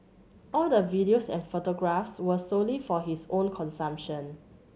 all the videos and photographs were solely for his own consumption